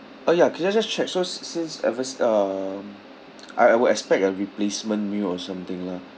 uh ya can I just check so s~ since evers um I I would expect a replacement meal or something lah